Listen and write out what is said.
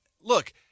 look